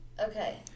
Okay